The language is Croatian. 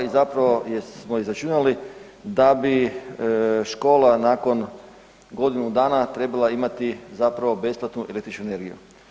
I zapravo smo izračunali da bi škola nakon godinu dana trebala imati zapravo besplatnu električnu energiju.